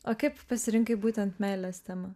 o kaip pasirinkai būtent meilės temą